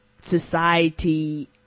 society